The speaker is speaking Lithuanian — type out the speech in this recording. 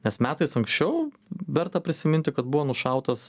nes metais anksčiau verta prisiminti kad buvo nušautas